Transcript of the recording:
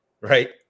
right